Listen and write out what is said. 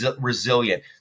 resilient